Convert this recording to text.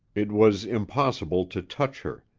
it was impossible to touch her.